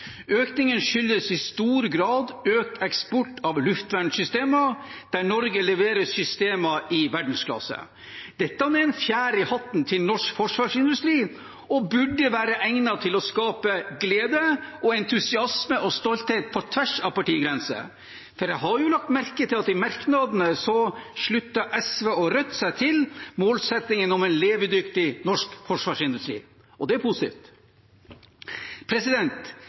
Økningen skyldes i stor grad økt eksport av luftvernsystemer, der Norge leverer systemer i verdensklasse. Dette er en fjær i hatten til norsk forsvarsindustri og burde være egnet til å skape glede, entusiasme og stolthet på tvers av partigrenser. Jeg har jo lagt merke til at SV og Rødt i merknadene slutter seg til målsettingen om en levedyktig norsk forsvarsindustri. Det er positivt.